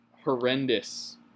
horrendous